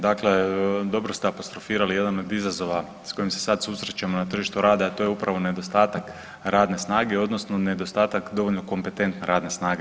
Dakle, dobro ste apostrofirali jedan od izazova s kojim se sad susrećemo na tržištu rada, a to je upravo nedostatak radne snage odnosno nedostatak dovoljno kompetentne radne snage.